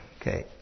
okay